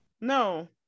No